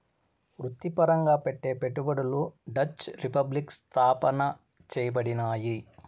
వృత్తిపరంగా పెట్టే పెట్టుబడులు డచ్ రిపబ్లిక్ స్థాపన చేయబడినాయి